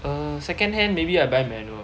err second hand maybe I buy manual